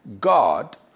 God